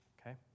Okay